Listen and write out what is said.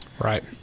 Right